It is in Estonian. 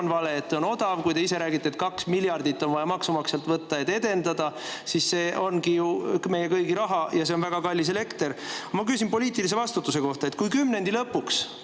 on vale, et see on odav. Te ise räägite, et 2 miljardit on vaja maksumaksjalt võtta, et [seda] edendada. Aga see on ju meie kõigi raha ja see on väga kallis elekter. Ma küsin poliitilise vastutuse kohta. Kui kümnendi lõpuks